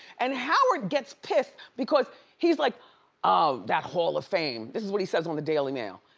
and howard gets pissed because he's like, oh that hall of fame. this is what he says on the daily mail.